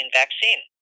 vaccine